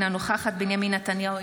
אינה נוכחת בנימין נתניהו,